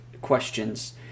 questions